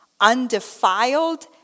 undefiled